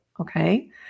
okay